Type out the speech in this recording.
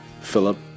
Philip